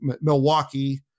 Milwaukee